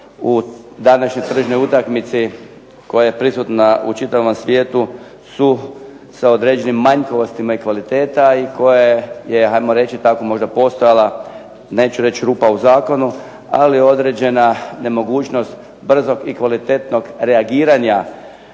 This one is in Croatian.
u današnjoj tržnoj utakmici koja je prisutna u čitavom svijetu su sa određenim manjkavostima i kvalitetama i koja je ajmo reći tako možda postojala neću reći rupa u zakonu, ali određena nemogućnost brzog i kvalitetnog reagiranja